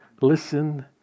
listen